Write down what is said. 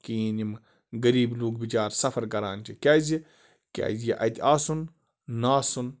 کِہیٖنۍ یِم غریٖب لُکھ بِچارٕ سفر کران چھِ کیٛازِ کیٛازِ یہِ اَتہِ آسُن نَہ آسُن